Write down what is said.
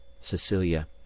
Cecilia